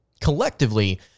collectively